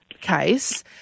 case